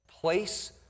place